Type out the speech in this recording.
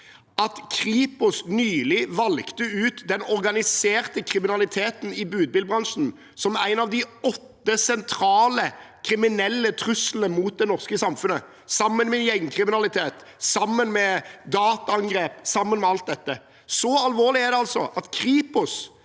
at Kripos nylig valgte ut den organiserte kriminaliteten i budbilbransjen som en av de åtte sentrale kriminelle truslene mot det norske samfunnet – sammen med gjengkriminalitet, sammen med dataangrep, sammen med alt dette. Så alvorlig er det at Kripos